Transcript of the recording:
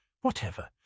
Whatever